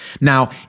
Now